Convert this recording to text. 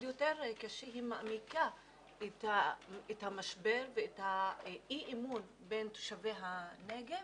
היא מעמיקה את המשבר ואת אי-האמון בין תושבי הנגב